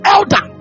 Elder